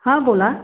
हां बोला